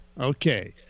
Okay